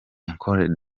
ecole